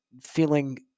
feeling